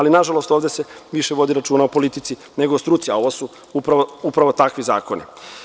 Nažalost, ovde se više vodi računa o politici, nego o struci, a ovo su takvi zakoni.